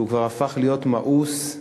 שכבר הפך להיות מאוס,